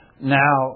Now